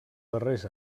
darrers